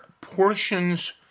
portions